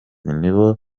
nibo